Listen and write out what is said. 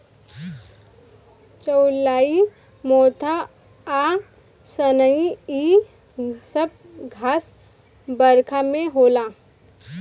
चौलाई मोथा आ सनइ इ सब घास बरखा में होला